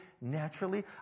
naturally